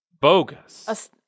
bogus